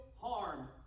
harm